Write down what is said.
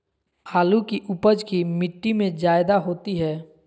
आलु की उपज की मिट्टी में जायदा होती है?